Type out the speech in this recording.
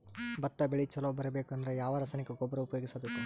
ಭತ್ತ ಬೆಳಿ ಚಲೋ ಬರಬೇಕು ಅಂದ್ರ ಯಾವ ರಾಸಾಯನಿಕ ಗೊಬ್ಬರ ಉಪಯೋಗಿಸ ಬೇಕು?